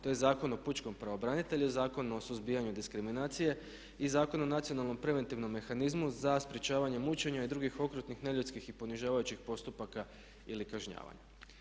To je Zakon o pučkom pravobranitelju, Zakon o suzbijanju diskriminacije i Zakon o nacionalnom preventivnom mehanizmu za sprječavanje mučenja i drugih okrutnih, neljudskih i ponižavajućih postupaka ili kažnjavanja.